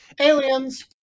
Aliens